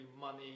money